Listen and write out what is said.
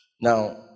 Now